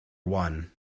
one